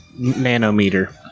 nanometer